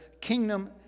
kingdom